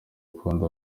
ukundi